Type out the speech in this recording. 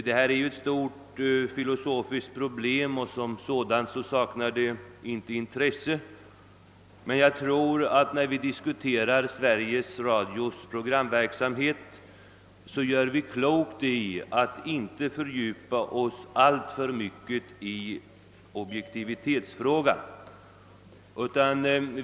Detta är ett stort filosofiskt problem och som sådant saknar det inte intresse, men när vi diskuterar Sveriges Radios programverksamhet gör vi klokt i att inte fördjupa oss alltför mycket i objektivitetsfrågan.